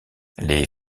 les